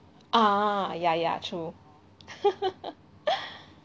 uh uh ya ya true